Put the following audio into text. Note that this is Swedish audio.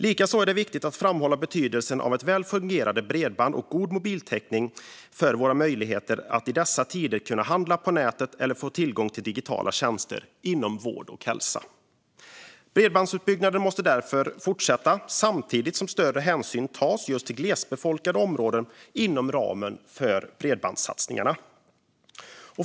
Likaså är det viktigt att framhålla betydelsen av ett väl fungerande bredband och god mobiltäckning när det gäller våra möjligheter att i dessa tider handla på nätet eller få tillgång till digitala tjänster inom vård och hälsa. Bredbandsutbyggnaden måste därför fortsätta samtidigt som större hänsyn tas just till glesbefolkade områden inom ramen för bredbandssatsningarna.